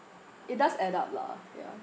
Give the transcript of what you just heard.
it does add up lah ya